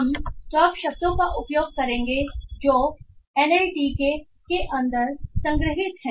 हम स्टॉप शब्दों का उपयोग करेंगे जो एनएलटीके के अंदर संग्रहीत हैं